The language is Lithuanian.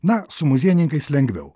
na su muziejininkais lengviau